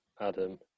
Adam